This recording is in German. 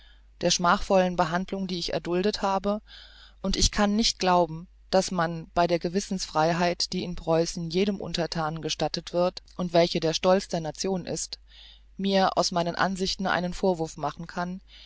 der schmachvollen behandlung die ich erduldet habe und ich kann nicht glauben daß man bei der gewissensfreiheit die in preußen jedem unterthanen gestattet wird und welche der stolz der nation ist mir aus meinen ansichten einen vorwurf machen kann